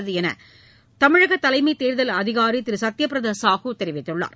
உள்ளதுஎன்றுதமிழகதலைமைதேர்தல் அதிகாரிதிருசத்யபிரதாசாஹூ தெரிவித்துள்ளார்